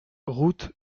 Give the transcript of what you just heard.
route